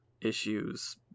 issues